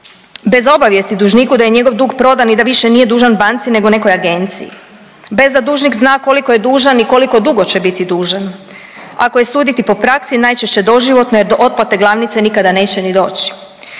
bez obavijesti dužniku da je njegov dug prodan i da više nije dužan banci nego nekoj agenciji, bez da dužnik zna koliko je dužan i koliko dugo će biti dužan. Ako je suditi po praksi, najčešće doživotno jer do otplate glavnice nikada neće ni doći.